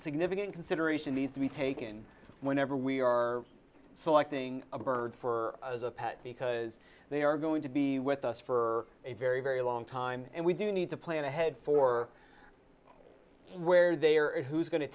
significant consideration needs to be taken whenever we are selecting a bird for a pet because they are going to be with us for a very very long time and we do need to plan ahead for where they are and who's going to